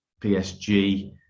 PSG